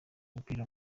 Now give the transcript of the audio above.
umupira